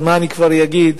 מה אני כבר אגיד,